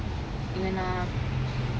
இல்லேனா:illehnaa